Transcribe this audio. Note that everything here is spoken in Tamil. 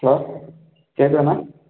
ஹலோ கேட்குதாண்ணா